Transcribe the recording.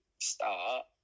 start